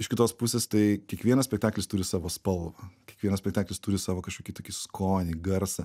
iš kitos pusės tai kiekvienas spektaklis turi savo spalvą kiekvienas spektaklis turi savo kažkokį tokį skonį garsą